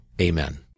Amen